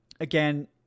Again